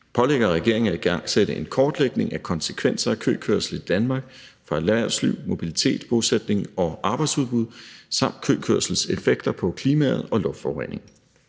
pålægger regeringen at igangsætte en kortlægning af konsekvenser af køkørsel i Danmark for erhvervsliv, mobilitet, bosætning og arbejdsudbud samt køkørsels effekter på klimaet og luftforureningen.